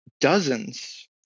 dozens